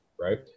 right